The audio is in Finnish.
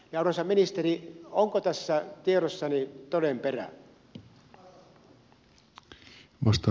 arvoisa ministeri onko tässä tiedossani todenperää